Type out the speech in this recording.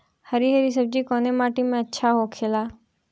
हरी हरी सब्जी कवने माटी में अच्छा होखेला?